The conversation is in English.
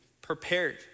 prepared